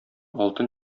алтын